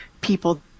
people